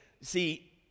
see